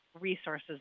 resources